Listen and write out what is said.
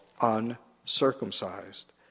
uncircumcised